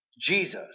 Jesus